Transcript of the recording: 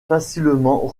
facilement